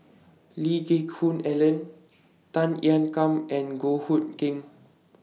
Lee Geck Hoon Ellen Tan Ean Kiam and Goh Hood Keng